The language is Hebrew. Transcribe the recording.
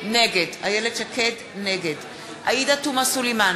נגד עאידה תומא סלימאן,